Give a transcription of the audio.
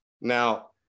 Now